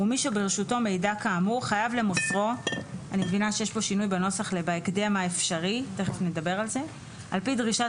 ומי שברשותו מידע כאמור חייב למוסרו בהקדם האפשרי על פי דרישת